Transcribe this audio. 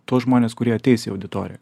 tuos žmones kurie ateis į auditoriją